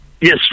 Yes